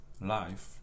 life